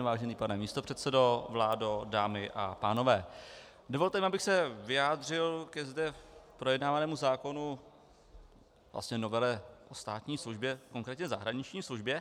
Vážený pane místopředsedo, vládo, dámy a pánové, dovolte mi, abych se vyjádřil ke zde projednávanému zákonu, vlastně novele o státní službě, konkrétně zahraniční službě.